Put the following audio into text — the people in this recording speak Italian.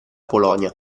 polonia